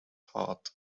heart